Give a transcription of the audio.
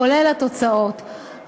כולל התוצאות,